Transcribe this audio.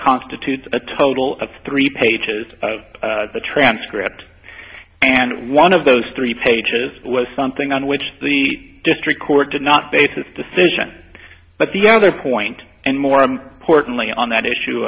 constitutes a total of three pages the transcript and one of those three pages was something on which the district court did not base its decision but the other point and more importantly on that issue